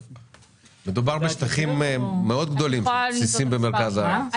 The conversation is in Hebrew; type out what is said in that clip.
מדובר בשטחים מאוד גדולים שם ל בסיסים במרכז הארץ.